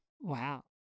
Wow